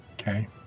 Okay